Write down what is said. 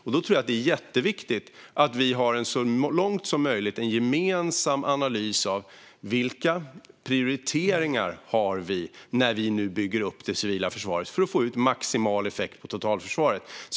Då tror jag att det är jätteviktigt att vi så långt som möjligt har en gemensam analys av vilka prioriteringar vi ska göra när vi nu bygger upp det civila försvaret för att få ut maximal effekt av totalförsvaret.